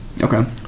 Okay